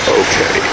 okay